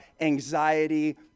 anxiety